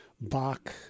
Bach